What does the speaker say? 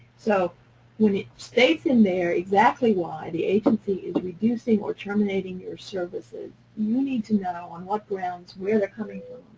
so when it states in there exactly why the agency is reducing or terminating your services, you need to know on what grounds, where they're coming from.